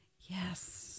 Yes